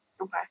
Okay